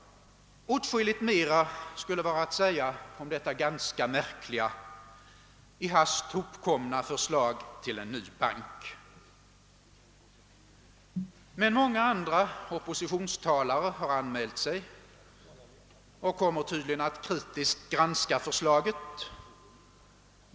Åtskilligt mera skulle vara att säga om detta ganska märkliga, i hast hopkomna förslag till en ny bank, men många andra oppositionstalare har anmält sig och kommer tydligen att kritiskt granska förslaget.